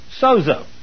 Sozo